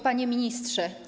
Panie Ministrze!